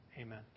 Amen